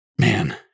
Man